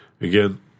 Again